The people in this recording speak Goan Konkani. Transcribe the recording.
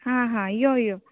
हा हा यो यो